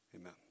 amen